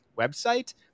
website